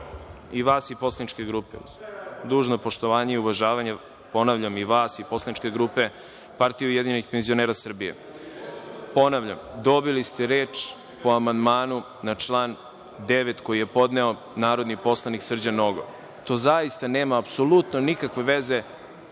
i vas i poslaničke grupe. Uz dužno poštovanje i uvažavanje, ponavljam, i vas i poslaničke grupe PUPS, ponavljam, dobili ste reč po amandmanu na član 9. koji je dobio narodni poslanik Srđan Nogo. To zaista nema apsolutno nikakve veze